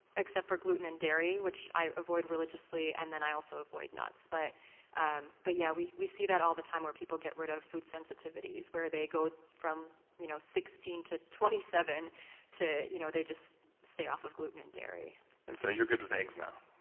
except for gluten and dairy, which i avoid religiously and then i also avoid nuts. but um but yeah, we we see that all the time where people get rid of food sensitivities, where they go from you know sixteen to twenty seven to, you know, they just stay off of gluten and dairy and so you're good with eggs now?